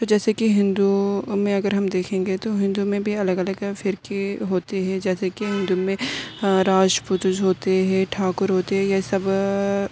تو جیسے کہ ہندو میں اگر ہم دیکھیں گے تو ہندو میں بھی الگ الگ فرقے ہوتے ہیں جیسے کہ ہندو میں راجپوت جو ہوتے ہیں ٹھاکر ہوتے ہیں یہ سب